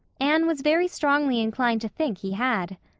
anne was very strongly inclined to think he had.